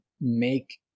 make